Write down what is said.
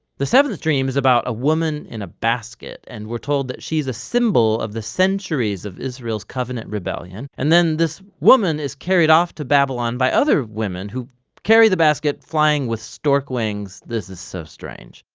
the seventh dream is about a woman in a basket and we are told she is a symbol of the centuries of israel's covenant rebellion and then this woman is carried off to babylon by other women who carry the basket flying with stork wings this is so strange.